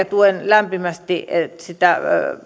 tuen lämpimästi sitä